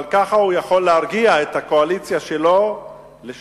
אבל כך הוא יכול להרגיע את הקואליציה שלו לשנתיים.